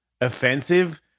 offensive